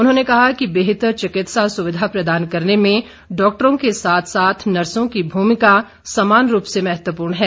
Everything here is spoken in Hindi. उन्होंने कहा कि बेहतर चिकित्सा सुविधा प्रदान करने में डॉक्टरों के साथ साथ नर्सों की भूमिका समान रूप से महत्वपूर्ण है